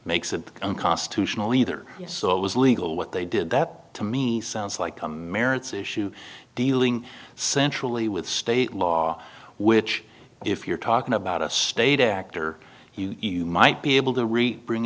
makes it unconstitutional either so it was legal what they did that to me sounds like a merits issue dealing centrally with state law which if you're talking about a state actor you might be able to